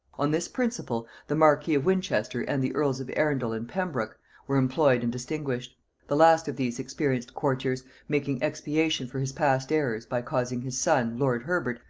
on this principle, the marquis of winchester and the earls of arundel and pembroke were employed and distinguished the last of these experienced courtiers making expiation for his past errors, by causing his son, lord herbert,